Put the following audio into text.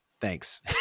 Thanks